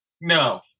no